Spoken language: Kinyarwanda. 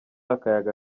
akayaga